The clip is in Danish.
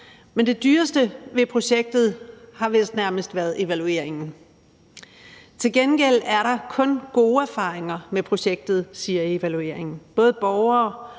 men det dyreste ved projektet har vist nærmest været evalueringen. Til gengæld er der kun gode erfaringer med projektet, siger evalueringen. Både borgere,